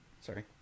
sorry